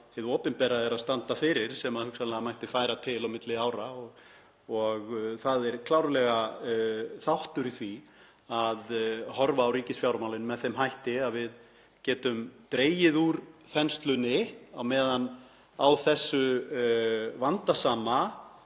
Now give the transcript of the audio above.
hið opinbera stendur fyrir sem hugsanlega mætti færa til á milli ára. Það er klárlega þáttur í því að horfa á ríkisfjármálin með þeim hætti að við getum dregið úr þenslunni á meðan á þessu vandasama